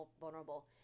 vulnerable